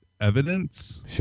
evidence